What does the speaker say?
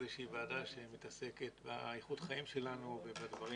איזושהי ועדה שמתעסקת באיכות החיים שלנו ובדברים